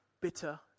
bitter